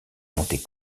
monter